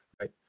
right